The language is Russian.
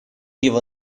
его